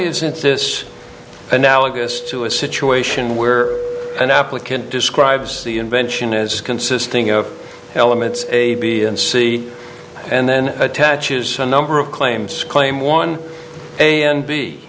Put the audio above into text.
isn't this analogous to a situation where an applicant describes the invention as consisting of elements a b and c and then attaches a number of claims claim one a and b